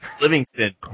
livingston